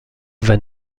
van